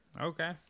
Okay